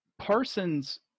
Parsons